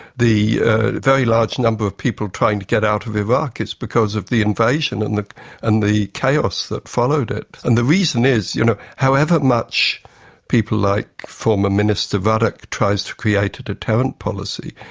the very large number of people trying to get out of iraq is because of the invasion and the and the chaos that followed it. and the reason is you know however much people like former minister ruddock tries to create a deterrent policy,